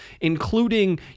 including